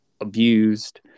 abused